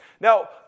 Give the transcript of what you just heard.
Now